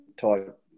type